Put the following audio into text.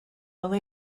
only